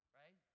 right